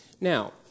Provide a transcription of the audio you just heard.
Now